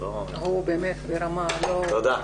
תודה.